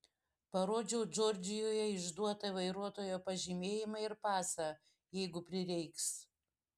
parodžiau džordžijoje išduotą vairuotojo pažymėjimą ir pasą jeigu prireiks